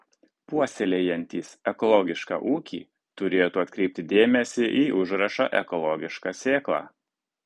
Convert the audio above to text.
puoselėjantys ekologišką ūkį turėtų atkreipti dėmesį į užrašą ekologiška sėkla